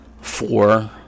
four